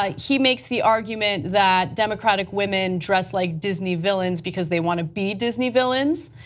ah he makes the argument that democratic women dressed like disney villains because they want to be disney villains